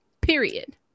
Period